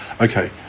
okay